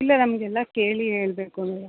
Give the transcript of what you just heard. ಇಲ್ಲ ನಮಗೆಲ್ಲ ಕೇಳಿ ಹೇಳ್ಬೇಕು ನೀವು